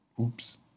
Oops